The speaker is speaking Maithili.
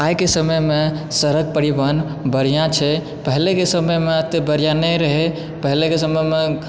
आइके समयमे सड़क परिवहन बढ़िआँ छै पहिलेके समयमे एतय बढ़िआँ नहि रहै पहिलेके समयमे